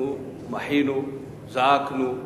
מחינו, זעקנו,